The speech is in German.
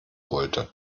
wollte